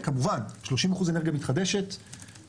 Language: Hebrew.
וכמובן 30% אנרגיה מתחדשת